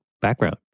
background